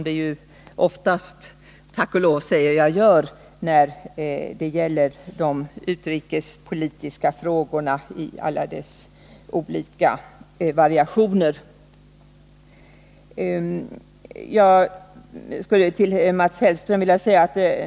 Detta är tack och lov oftast fallet när det gäller utrikespolitiska frågor i alla deras olika variationer.